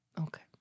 Okay